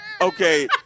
Okay